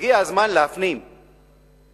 הגיע הזמן להפנים שמצרים